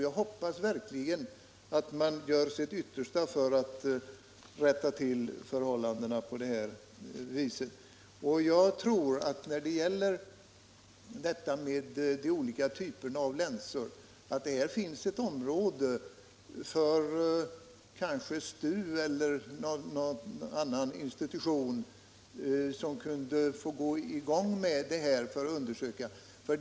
Jag hoppas verkligen att man gör sitt yttersta för att rätta till förhållandena på detta område. Jag tror att det när det gäller de olika typerna av länsor finns ett område — kanske för STU eller någon annan institution — där man skulle kunna starta undersökningar.